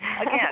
again